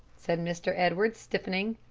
said mr. edwards, stiffening.